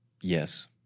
Yes